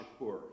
Shakur